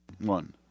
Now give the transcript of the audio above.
One